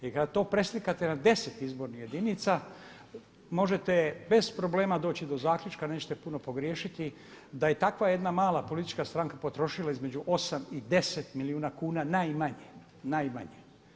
Jer kada to preslikate na 10 izbornih jedinica možete bez problema možete doći do zaključka, nećete puno pogriješiti da je takva jedna mala politička stranka potrošila između osam i 10 milijuna kuna najmanje.